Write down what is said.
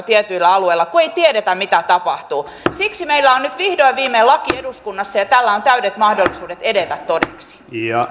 tietyillä alueilla kun ei tiedetä mitä tapahtuu siksi meillä on nyt vihdoin viimein laki eduskunnassa ja ja tällä on täydet mahdollisuudet edetä todeksi